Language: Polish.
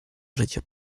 życie